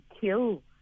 kill